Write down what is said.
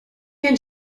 den